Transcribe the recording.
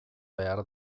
behar